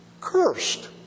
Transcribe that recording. Cursed